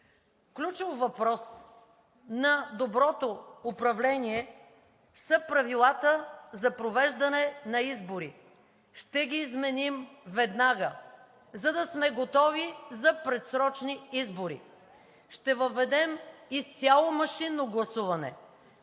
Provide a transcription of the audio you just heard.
Ключов въпрос на доброто управление са Правилата за провеждане на избори. Ще ги изменим веднага, за да сме готови за предсрочни избори. Ще въведем изцяло машинно гласуване,